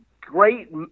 great